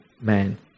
man